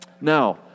Now